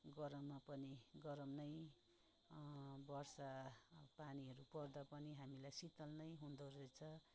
गरममा पनि गरम नै वर्षा पानीहरू पर्दा पनि हामीलाई शीतल नै हुँदोरहेछ